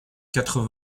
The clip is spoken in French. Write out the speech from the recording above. quatre